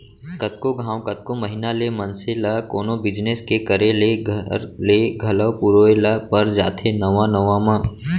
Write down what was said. कतको घांव, कतको महिना ले मनसे ल कोनो बिजनेस के करे ले घर ले घलौ पुरोय ल पर जाथे नवा नवा म